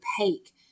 opaque